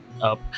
up